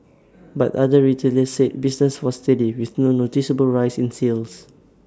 but other retailers said business was steady with no noticeable rise in sales